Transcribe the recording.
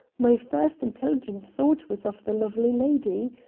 my first intelligent thought was of the lovely lady.